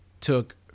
took